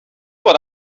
what